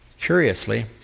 Curiously